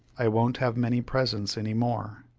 i won't have many presents any more.